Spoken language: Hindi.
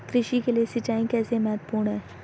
कृषि के लिए सिंचाई कैसे महत्वपूर्ण है?